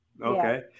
Okay